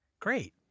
Great